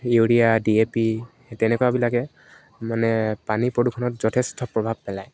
urea D A P তেনেকুৱাবিলাকে মানে পানী প্ৰদূষণত যথেষ্ট প্ৰভাৱ পেলায়